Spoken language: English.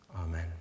Amen